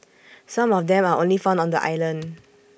some of them are only found on the island